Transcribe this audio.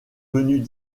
venus